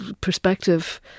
perspective